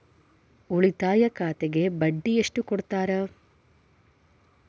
ಉಳಿತಾಯ ಖಾತೆಗೆ ಬಡ್ಡಿ ಎಷ್ಟು ಕೊಡ್ತಾರ?